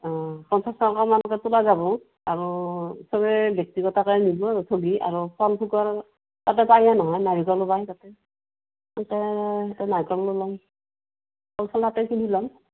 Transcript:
অঁ পঞ্চাচ টকামানকৈ তোলা যাব আৰু চবে ব্যক্তিগতকে নিব আৰু ঠগী আৰু কলথোকৰ তাতে পায়েই নহয় নাৰিকলো পায় তাতে তাতে তাতে নাৰিকলো ল'ম কল চল কিনি ল'ম